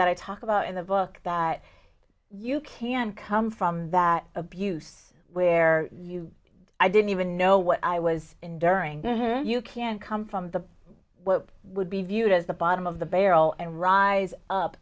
that i talk about in the book that you can come from that abuse where you i didn't even know what i was enduring you can come from the what would be viewed as the bottom of the barrel and rise up